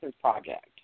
Project